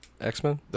X-Men